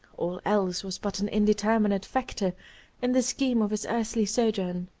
all else was but an indeterminate factor in the scheme of his earthly sojourn.